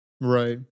right